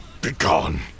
Begone